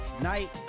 Night